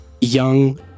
young